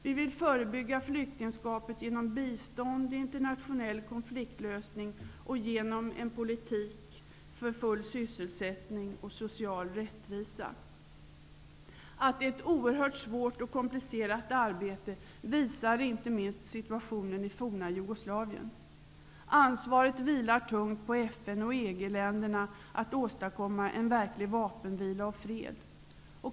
Vi vill förebygga flyktingskapet genom bistånd, genom internationell konfliktlösning och genom en politik för full sysselsättning och social rättvisa. Att det är ett oerhört svårt och komplicerat arbete visar inte minst situationen i det forna Jugoslavien. Ansvaret vilar tungt på FN och EG-länderna när det gäller att åstadkomma verklig vapenvila och fred.